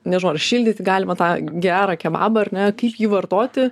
nežinau ar šildyti galima tą gerą kebabą ar ne kaip jį vartoti